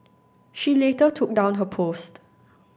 she later took down her post